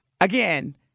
Again